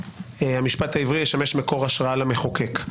המשפט העברי ישמש מקור השראה למחוקק.